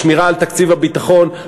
השמירה על תקציב הביטחון,